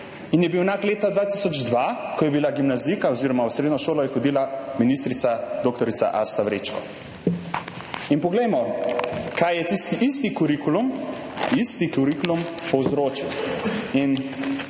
in je bil enak leta 2002, ko je bila gimnazijka oziroma je v srednjo šolo hodila ministrica dr. Asta Vrečko. In poglejmo, kaj je tisti isti kurikulum, isti